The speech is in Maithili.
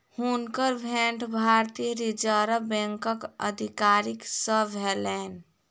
हुनकर भेंट भारतीय रिज़र्व बैंकक अधिकारी सॅ भेलैन